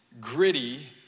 gritty